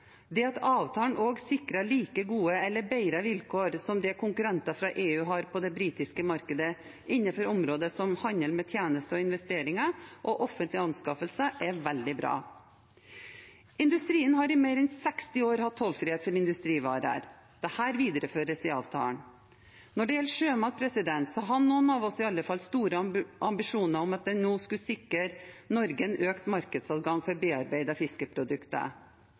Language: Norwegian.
Det at avtalen også sikrer like gode – eller bedre – vilkår som det konkurrenter fra EU har på det britiske markedet innenfor områder som handel med tjenester og investeringer og offentlige anskaffelser, er veldig bra. Industrien har i mer enn 60 år hatt tollfrihet for industrivarer. Dette videreføres i avtalen. Når det gjelder sjømat, hadde noen av oss i alle fall store ambisjoner om at en nå skulle sikre Norge en økt markedsadgang for bearbeidede fiskeprodukter.